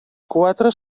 quatre